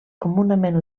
comunament